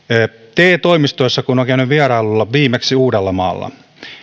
te toimistoissa kun olen käynyt vierailulla viimeksi uudellamaalla